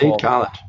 College